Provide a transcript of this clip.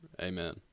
Amen